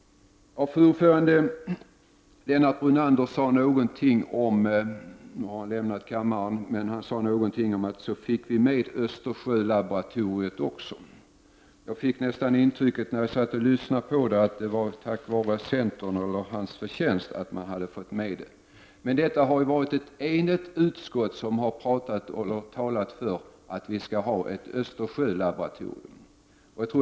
Fru talman! Lennart Brunander har nu lämnat kammaren, men han sade någonting om att vi fick med Östersjölaboratoriet också. Jag fick nästan det intrycket, när jag satt och lyssnade, att det var centerns — eller hans — förtjänst att man hade fått med det. Men det har ju varit ett enigt utskott som talat för att vi skall ha ett Östersjölaboratorium.